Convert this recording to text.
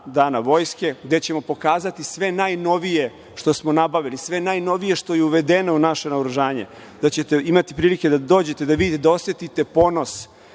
Dana Vojske, gde ćemo pokazati sve najnovije što smo nabavili, sve najnovije što je uvedeno u naše naoružanje, da ćete imati prilike da dođete, da vidite, da osetite ponos